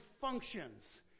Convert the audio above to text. functions